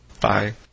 Bye